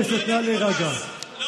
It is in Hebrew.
חבר הכנסת בליאק, קריאה ראשונה.